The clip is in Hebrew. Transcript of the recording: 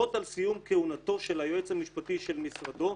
להורות על סיום כהונתו של היועץ המשפטי של משרדו,